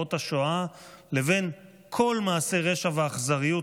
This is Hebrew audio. זוועות השואה לבין כל מעשה רשע ואכזריות,